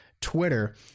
Twitter